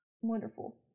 wonderful